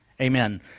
Amen